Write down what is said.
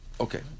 okay